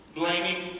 blaming